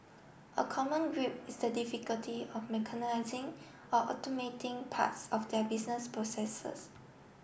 a common grip is the difficulty of mechanising or automating parts of their business processes